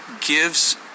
gives